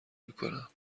میکنم